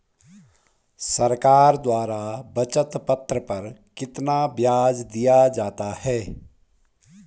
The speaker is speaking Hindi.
सरकार द्वारा बचत पत्र पर कितना ब्याज दिया जाता है?